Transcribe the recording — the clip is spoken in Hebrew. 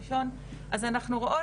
אז אנחנו רואות,